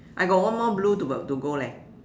I got one more blue to b~ to go leh